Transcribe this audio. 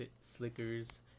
Slickers